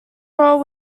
role